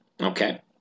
Okay